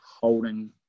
holding